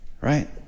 right